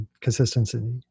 consistency